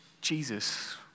Jesus